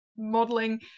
modeling